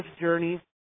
journey